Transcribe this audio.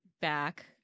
back